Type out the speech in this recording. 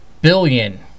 billion